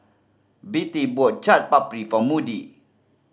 Bettye bought Chaat Papri for Moody